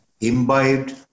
imbibed